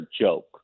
joke